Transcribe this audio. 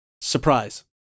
Surprise